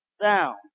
sound